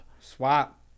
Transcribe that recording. Swap